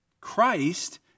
Christ